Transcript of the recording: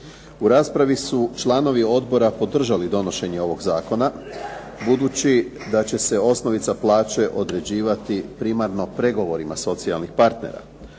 U raspravi su članovi odbora podržali donošenje ovog zakona budući da će se osnovica plaće određivati primarno pregovorima socijalnih partnera.